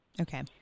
Okay